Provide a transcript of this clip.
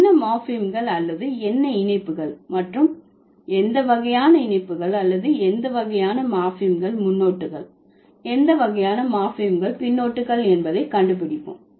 என்ன மார்பிம்கள் அல்லது என்ன இணைப்புகள் மற்றும் எந்த வகையான இணைப்புகள் அல்லது எந்த வகையான மார்பிம்கள் முன்னொட்டுகள் எந்த வகையான மார்பிம்கள் பின்னொட்டுகள் என்பதை கண்டுபிடிப்போம்